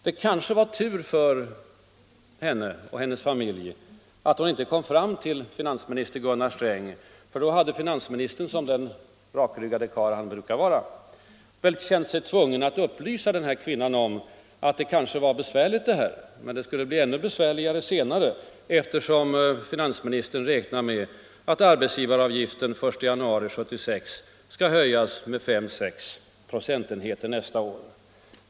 Det kanske var tur för kvinnan och hennes familj att hon inte kom fram till finansminister Gunnar Sträng, för då hade väl finansministern, som den rakryggade karl han brukar vara, känt sig tvungen att upplysa henne om att det kanske var besvärligt nu men att det skulle bli ännu besvärligare senare, eftersom finansministern räknar med att arbetsgivar avgiften den 1 januari 1976 skall höjas med 5-6 procentenheter.